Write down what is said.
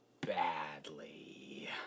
badly